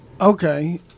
Okay